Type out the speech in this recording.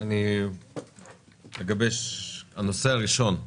לגבי הנושא הראשון,